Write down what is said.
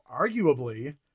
arguably